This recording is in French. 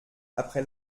après